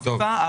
חפיפה.